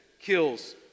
kills